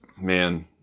man